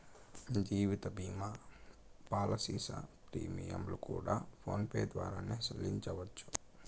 జీవిత భీమా పాలసీల ప్రీమియంలు కూడా ఫోన్ పే ద్వారానే సెల్లించవచ్చు